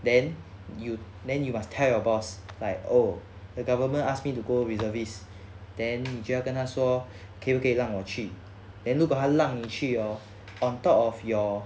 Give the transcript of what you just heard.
then you then you must tell your boss like oh the government asked me to go reservists then 你就要跟他说可不可以让我去 then 如果他让你去 oh on top of your